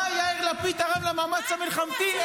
מה יאיר לפיד תרם למאמץ המלחמתי?